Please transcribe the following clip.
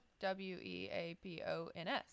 W-E-A-P-O-N-S